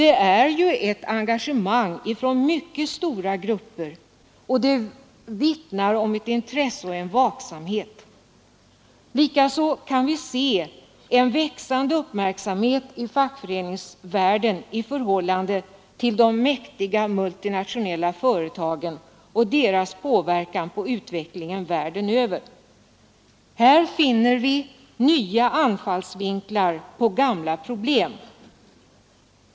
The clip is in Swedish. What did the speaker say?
Det är ju ett engagemang från mycket stora grupper, och det vittnar om intresse och vaksamhet. Likaså kan vi se en växande uppmärksamhet i fackföreningsvärlden i förhållande till de mäktiga multinationella företagen och deras påverkan på utvecklingen världen över. Här finner vi nya anfallsvinklar på gamla problem.